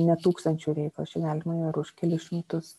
ne tūkstančių reikalas čia galima ir už kelis šimtus